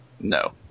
No